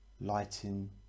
lighting